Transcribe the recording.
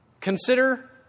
Consider